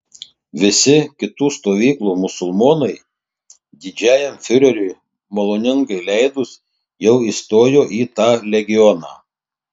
visi kitų stovyklų musulmonai didžiajam fiureriui maloningai leidus jau įstojo į tą legioną